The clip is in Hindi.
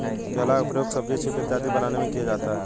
केला का प्रयोग सब्जी चीफ इत्यादि बनाने में किया जाता है